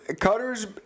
Cutter's